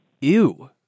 ew